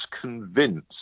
convinced